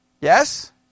Yes